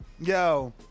Yo